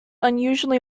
unusually